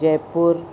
Jaipur